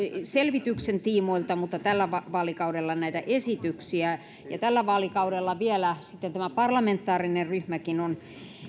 selvityksen tiimoilta ja tällä vaalikaudella näitä esityksiä ja tällä vaalikaudella vielä sitten tämä parlamentaarinen ryhmäkin on